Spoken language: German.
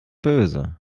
böse